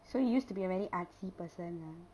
so you used to be a very artsy person ah